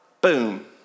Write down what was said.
boom